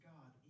God